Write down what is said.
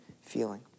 feeling